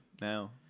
now